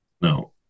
No